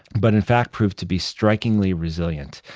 but in fact proved to be strikingly resilient.